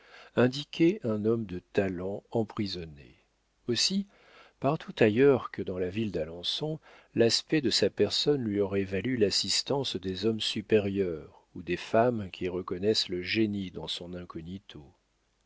indiquaient un homme de talent emprisonné aussi partout ailleurs que dans la ville d'alençon l'aspect de sa personne lui aurait-il valu l'assistance des hommes supérieurs ou des femmes qui reconnaissent le génie dans son incognito